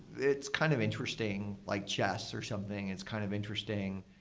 it's kind of interesting, like chess or something, it's kind of interesting.